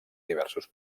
diversos